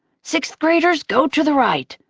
sixth graders go to the right.